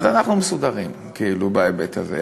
אנחנו מסודרים בהיבט הזה.